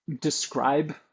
describe